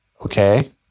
Okay